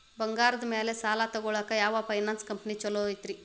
ಬಂಗಾರದ ಮ್ಯಾಲೆ ಸಾಲ ತಗೊಳಾಕ ಯಾವ್ ಫೈನಾನ್ಸ್ ಕಂಪನಿ ಛೊಲೊ ಐತ್ರಿ?